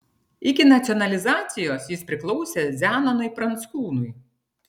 iki nacionalizacijos jis priklausė zenonui pranckūnui